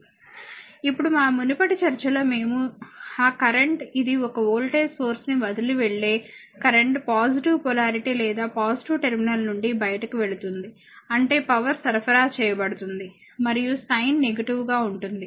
చూడండి స్లయిడ్ సమయం 2046 ఇప్పుడు మా మునుపటి చర్చలో మేము ఆ కరెంట్ ఇది ఒక వోల్టేజ్ సోర్స్ ని వదిలి వెళ్తే కరెంట్ పాజిటివ్ పొలారిటీ లేదా పాజిటివ్ టెర్మినల్ నుండి బయటకు వెళుతుంది అంటే పవర్ సరఫరా చేయబడుతుంది మరియు సైన్ నెగిటివ్ గా ఉంటుంది